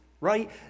right